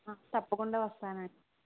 తప్పకుండా వస్తానండీ